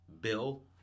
Bill